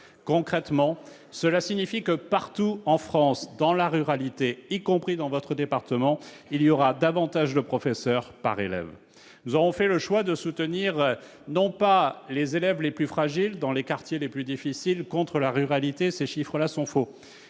Concrètement, cela signifie que, partout en France, dans la ruralité, y compris dans votre département, il y aura davantage de professeurs par élève. Nous n'aurons donc pas fait le choix de soutenir les élèves les plus fragiles dans les quartiers les plus difficiles contre la ruralité ; ces chiffres-là sont faux.